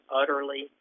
utterly